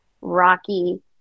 rocky